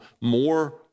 more